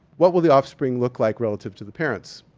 what will the offspring look like relative to the parents?